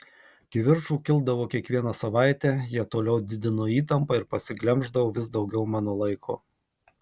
kivirčų kildavo kiekvieną savaitę jie toliau didino įtampą ir pasiglemždavo vis daugiau mano laiko